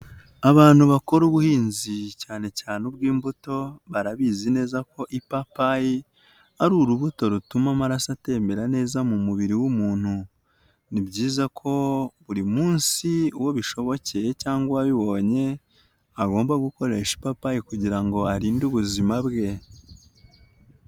Abantu bakora ubuhinzi cyane cyane ubw'imbuto, barabizi neza ko ipapayi ari urubuto rutuma amaraso atembera neza mu mubiri w'umuntu, ni byiza ko buri munsi uwo bishobokeye cyangwa uwabibonye agomba gukoresha ipapayi kugirango arinde ubuzima bwe.